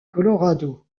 colorado